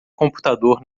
computador